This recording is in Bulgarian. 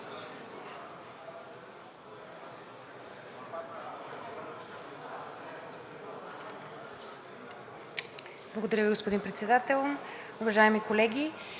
Благодаря, господин Председател. Уважаеми колеги,